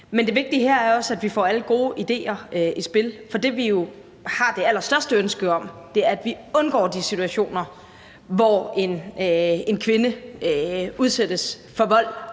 Men det vigtige her er også, at vi får alle gode idéer i spil, for det, vi jo har det allerstørste ønske om, er, at vi undgår de situationer, hvor en kvinde udsættes for vold